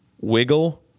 Wiggle